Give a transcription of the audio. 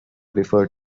before